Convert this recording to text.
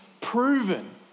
proven